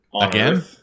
Again